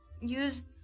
use